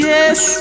Yes